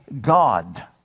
God